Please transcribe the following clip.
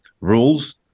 rules